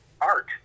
art